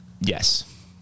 Yes